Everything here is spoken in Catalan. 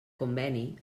conveni